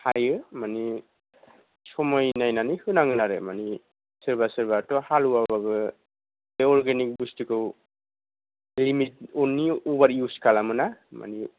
हायो मानि समाय नायनानै होनांगोन आरो मानि सोरबा सोरबाथ' हालुवा बाबो बे अरगेनिख बुस्तुखौ लिमिटनि अबार इउस खालामो ना मानि